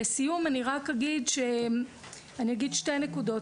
לסיום אני אגיד שתי נקודות.